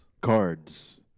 Cards